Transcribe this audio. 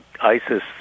ISIS